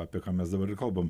apie ką mes dabar ir kalbam